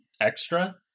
extra